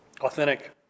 authentic